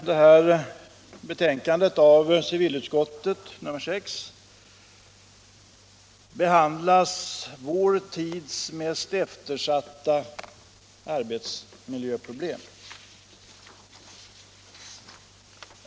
Herr talman! I civilutskottets betänkande nr 6 behandlas vår tids mest eftersatta arbetsmiljöproblem.